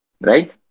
right